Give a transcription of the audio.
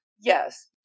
Yes